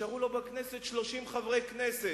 נשארו לו בכנסת 30 חברי כנסת,